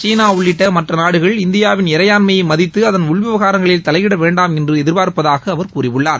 சீனா உள்ளிட்ட மற்ற நாடுகள் இந்தியாவின் இறையாண்மையை மதித்து அதன் உள்விவகாரங்களில் தலையிட வேண்டாம் என்று எதிர்பார்ப்பதாக அவர் கூறியுள்ளார்